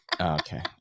okay